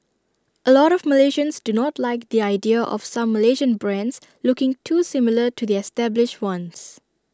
A lot of Malaysians do not like the idea of some Malaysian brands looking too similar to the established ones